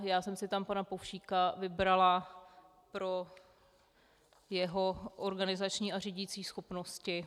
Já jsem si tam pana Povšíka vybrala pro jeho organizační a řídicí schopnosti.